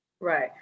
Right